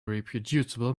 reproducible